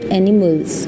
animals